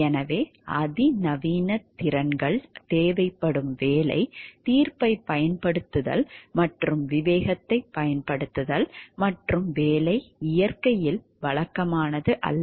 எனவே அதிநவீன திறன்கள் தேவைப்படும் வேலை தீர்ப்பைப் பயன்படுத்துதல் மற்றும் விவேகத்தைப் பயன்படுத்துதல் மற்றும் வேலை இயற்கையில் வழக்கமானதல்ல